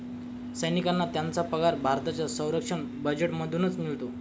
सैनिकांना त्यांचा पगार भारताच्या संरक्षण बजेटमधूनच मिळतो